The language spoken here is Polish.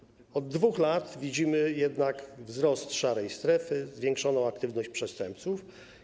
Od 2 lat widzimy jednak wzrost szarej strefy, zwiększoną aktywność przestępców.